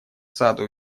саду